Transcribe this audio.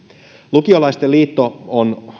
lukiolaisten liitto on